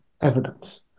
evidence